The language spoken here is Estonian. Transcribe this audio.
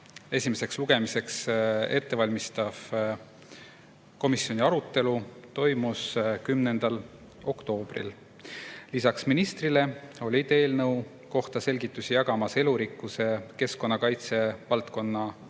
esimeseks lugemiseks ettevalmistav komisjoni arutelu toimus 10. oktoobril. Lisaks ministrile olid eelnõu kohta selgitusi jagamas elurikkuse ja keskkonnakaitse valdkonna